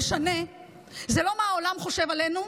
הדבר היחיד שמשנה הוא לא מה העולם חושב עלינו,